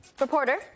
reporter